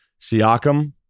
Siakam